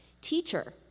Teacher